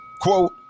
quote